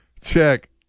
Check